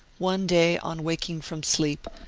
one day, on waking from sleep,